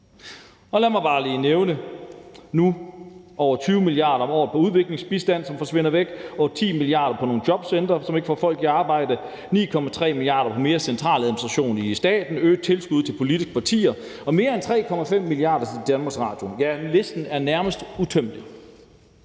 Lad mig bare lige nævne, at der er over 20 mia. kr. om året i udviklingsbistand, som forsvinder væk; over 10 mia. kr. på nogle jobcentre, som ikke får folk i arbejde; 9,3 mia. kr. på mere central administration i staten; øgede tilskud til politiske partier; og mere end 3,5 mia. kr. til Danmarks Radio. Ja, listen er nærmest